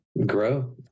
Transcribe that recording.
grow